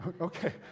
Okay